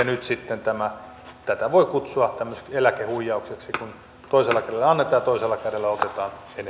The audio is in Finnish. nyt sitten tätä voi kutsua tämmöiseksi eläkehuijaukseksi kun toisella kädellä annetaan ja